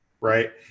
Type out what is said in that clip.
right